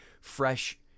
fresh